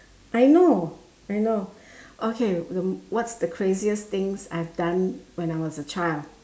I know I know okay the what is the craziest things I have done when I was a child